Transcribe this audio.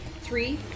three